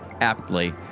aptly